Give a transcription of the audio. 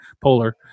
polar